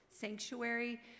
sanctuary